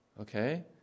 Okay